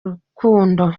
rukundo